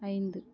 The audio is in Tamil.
ஐந்து